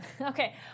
Okay